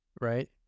right